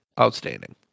Outstanding